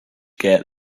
get